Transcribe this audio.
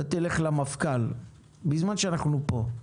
תלך למפכ"ל בזמן שאנחנו פה,